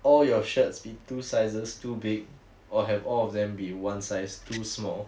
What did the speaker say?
all your shirts be two sizes too big or have all of them be one size too small